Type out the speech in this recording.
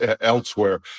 elsewhere